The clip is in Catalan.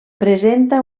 presenta